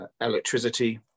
electricity